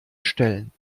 stellen